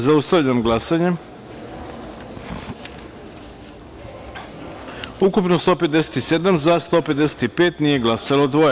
Zaustavljam glasanje: ukupno – 157, za – 155, nije glasalo dvoje.